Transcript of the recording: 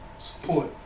support